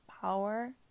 power